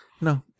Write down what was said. No